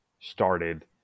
started